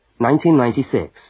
1996